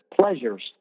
pleasures